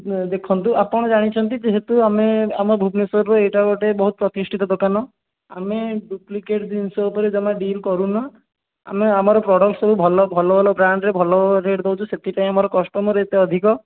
ଦେଖନ୍ତୁ ଆପଣ ଜାଣିଛନ୍ତି ଯେହେତୁ ଆମେ ଆମର ଭୁବନେଶ୍ୱରରେ ଏଇଟା ଗୋଟେ ବହୁ ପ୍ରତିଷ୍ଠିତ ଦୋକାନ ଆମେ ଡୁପ୍ଳିକେଟ୍ ଜିନିଷ ଉପରେ ଜମା ବିଲ୍ କରୁନା ଆମେ ଆମର ପ୍ରଡ଼କ୍ସ ସବୁ ଭଲ ଭଲ ଭଲ ବ୍ରାଣ୍ଡରେ ଭଲ ରେଟ୍ ଦେଉଛୁ ସେଥିପାଇଁ ଆମ କଷ୍ଟମର୍ ଏତେ ଅଧିକ